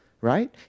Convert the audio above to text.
right